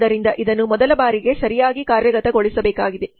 ಆದ್ದರಿಂದ ಇದನ್ನು ಮೊದಲ ಬಾರಿಗೆ ಸರಿಯಾಗಿ ಕಾರ್ಯಗತಗೊಳಿಸಬೇಕಾಗಿದೆ